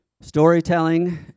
storytelling